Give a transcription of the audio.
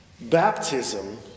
Baptism